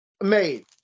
made